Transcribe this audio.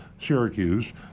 Syracuse